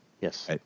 Yes